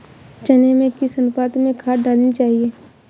चने में किस अनुपात में खाद डालनी चाहिए?